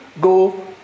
go